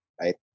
right